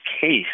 case